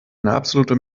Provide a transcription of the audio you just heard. absolute